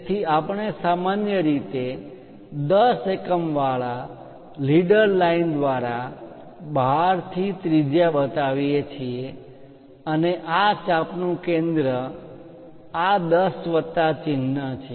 તેથી આપણે સામાન્ય રીતે 10 એકમ વાળા લીડર લાઇન દ્વારા બહારથી ત્રિજ્યા બતાવીએ છીએ અને તે ચાપનું કેન્દ્ર આ 10 વત્તા ચિન્હ છે